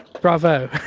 Bravo